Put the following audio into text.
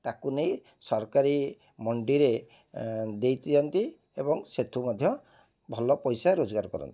ତାକୁ ନେଇ ସରକାରୀ ମଣ୍ଡିରେ ଦେଇଦିଅନ୍ତୁ ଏବଂ ସେଇଠୁ ମଧ୍ୟ ଭଲ ପଇସା ରୋଜଗାର କରନ୍ତି